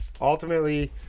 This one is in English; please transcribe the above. ultimately